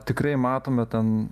tikrai matome ten